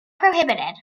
prohibited